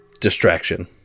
distraction